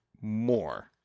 more